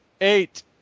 eight